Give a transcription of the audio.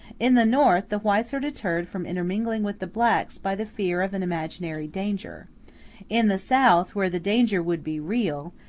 in the north, the whites are deterred from intermingling with the blacks by the fear of an imaginary danger in the south, where the danger would be real,